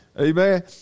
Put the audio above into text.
Amen